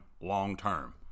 long-term